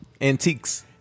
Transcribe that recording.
Antiques